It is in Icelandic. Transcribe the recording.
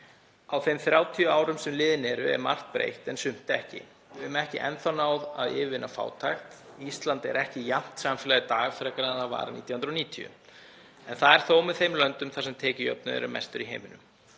Á þeim 30 árum sem liðin eru er margt breytt en sumt ekki. Við höfum ekki enn náð að yfirvinna fátækt. Ísland er ekki jafnt samfélag í dag frekar en það var 1990, en það er þó með þeim löndum þar sem tekjujöfnuður er hvað mestur í heiminum.